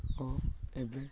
ଓ ଏବେ